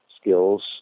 skills